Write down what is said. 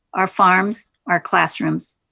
our farms, our classrooms,